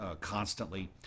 constantly